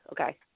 okay